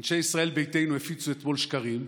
אנשי ישראל ביתנו הפיצו אתמול שקרים,